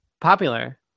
popular